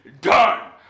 done